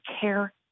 Care